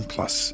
Plus